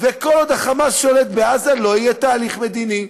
וכל עוד ה"חמאס" שולט בעזה לא יהיה תהליך מדיני.